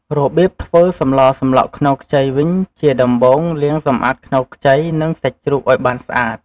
របៀបធ្វើសម្លសម្លក់ខ្នុរខ្ចីវិញជាដំបូង លាងសម្អាតខ្នុរខ្ចី និងសាច់ជ្រូកឱ្យបានស្អាត។